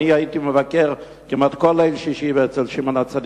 אני הייתי מבקר כמעט כל ליל שישי בשמעון-הצדיק.